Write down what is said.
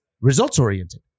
results-oriented